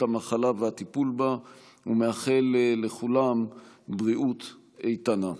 המחלה והטיפול בה ומאחל לכולם בריאות איתנה.